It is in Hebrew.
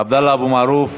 עבדאללה אבו מערוף,